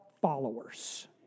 followers